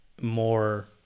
more